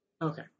Okay